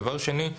דבר שני,